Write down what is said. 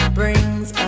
brings